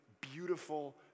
beautiful